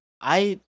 I-